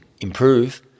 improve